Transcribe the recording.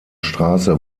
straße